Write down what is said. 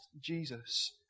Jesus